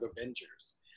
Avengers